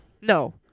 No